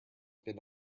been